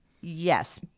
Yes